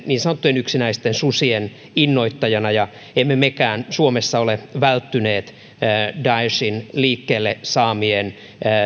niin sanottujen yksinäisten susien innoittajana ja emme mekään suomessa ole välttyneet daeshin liikkeelle saamien